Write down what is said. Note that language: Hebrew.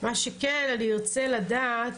אני ארצה לדעת,